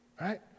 Right